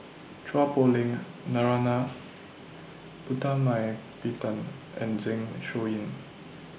Chua Poh Leng Narana Putumaippittan and Zeng Shouyin